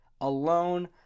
alone